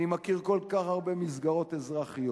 אני מכיר כל כך הרבה מסגרות אזרחיות,